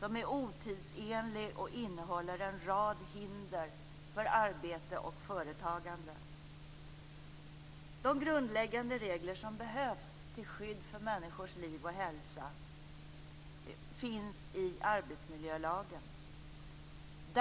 som är otidsenlig och innehåller en rad hinder för arbete och företagande. De grundläggande regler som behövs till skydd för människors liv och hälsa finns i arbetsmiljölagen.